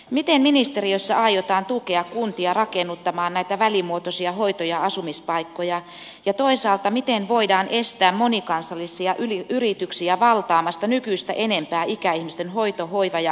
miten ministeriössä aiotaan tukea kuntia rakennuttamaan näitä välimuotoisia hoito ja asumispaikkoja ja toisaalta miten voidaan estää monikansallisia yrityksiä valtaamasta nykyistä enempää ikäihmisten hoito hoiva ja asumispalvelumarkkinoita